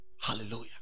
Hallelujah